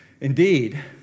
Indeed